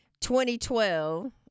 2012